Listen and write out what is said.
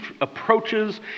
approaches